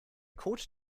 kot